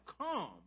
come